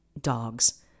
dogs